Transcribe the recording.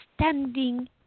standing